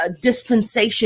dispensation